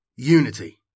Unity